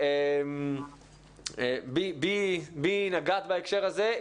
בי נגעת בהקשר הזה.